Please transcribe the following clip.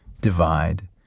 divide